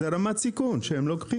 זאת רמת סיכון שהם לוקחים.